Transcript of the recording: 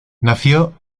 nació